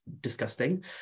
disgusting